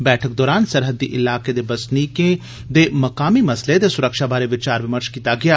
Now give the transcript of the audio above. बैठक दौरान सरहदी इलाके कन्नै जुड़े दे बसनीकें दे मकामी मसलें ते सुरक्षा बारै विचार विमर्श कीता गेआ